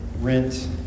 rent